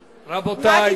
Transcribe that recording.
רבותי.